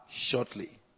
shortly